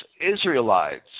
Israelites